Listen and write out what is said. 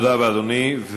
תודה רבה, אדוני.